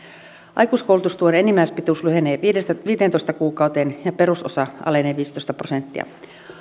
aikuiskoulutustuen enimmäispituus lyhenee viiteentoista kuukauteen ja perusosa alenee viisitoista prosenttia